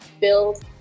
Build